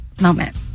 moment